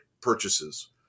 purchases